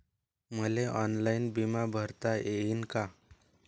मले ऑनलाईन बिमा भरता येईन का?